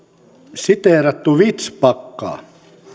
siteerattu vistbackaa